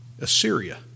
Assyria